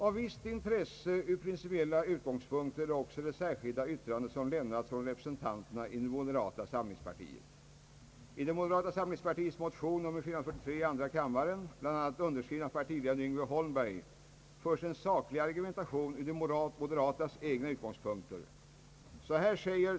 Av visst intresse, ur principiella utgångspunkter, är också det särskilda yttrande som avgivits av representanterna för det moderata samlingspartiet. I partiets motion II: 443, underskriven av bl.a. partiledaren Yngve Holmberg, förs en saklig argumentation, från de moderatas egna utgångspunkter.